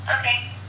Okay